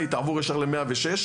היא תעבור ישר ל-106,